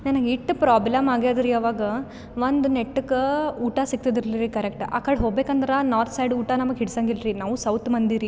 ನನಗೆ ಇಷ್ಟ್ ಪ್ರಾಬ್ಲಮ್ ಆಗ್ಯಾದ ರೀ ಅವಾಗ ಒಂದು ನೆಟ್ಟಗ ಊಟ ಸಿಕ್ತಿದಿಲ್ರೀ ಕರೆಕ್ಟ್ ಆ ಕಡೆ ಹೋಬೇಕು ಅಂದ್ರೆ ನಾರ್ತ ಸೈಡ್ ಊಟ ನಮ್ಗೆ ಹಿಡ್ಸೊಂಗಿಲ್ರಿ ನಾವು ಸೌತ್ ಮಂದಿ ರೀ